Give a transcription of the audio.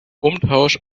umtausch